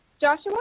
Joshua